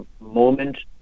moment